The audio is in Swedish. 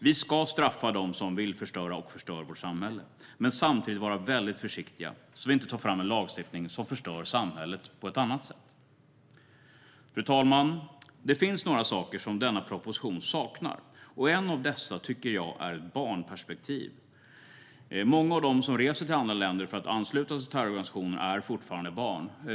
Vi ska straffa dem som vill förstöra vårt samhälle men samtidigt vara försiktiga så att vi inte tar fram en lagstiftning som förstör samhället på ett annat sätt. Fru talman! Det finns några saker som denna proposition saknar, och en av dessa, tycker jag, är ett barnperspektiv. Många som reser till andra länder för att ansluta sig till terrororganisationer är fortfarande barn.